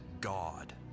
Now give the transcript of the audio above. God